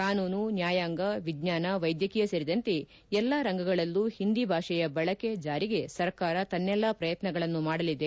ಕಾನೂನು ನ್ಯಾಯಾಂಗ ವಿಜ್ಞಾನ ವೈದ್ಯಕೀಯ ಸೇರಿದಂತೆ ಎಲ್ಲ ರಂಗಗಳಲ್ಲೂ ಹಿಂದಿ ಭಾಷೆಯ ಬಳಕೆ ಜಾರಿಗೆ ಸರ್ಕಾರ ತನ್ನೆಲ್ಲಾ ಪ್ರಯತ್ನಗಳನ್ನು ಮಾಡಲಿದೆ